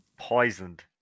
Poisoned